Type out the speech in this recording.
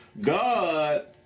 God